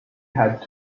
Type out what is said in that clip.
had